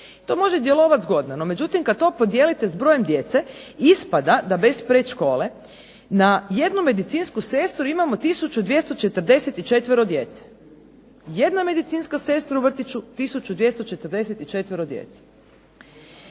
To može djelovati zgodno, no međutim kad to podijelite s brojem djece ispada da bez predškole na jednu medicinsku sestru imamo 1244 djece. Jedna medicinska sestra u vrtiću 1244 djece.